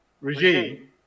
regime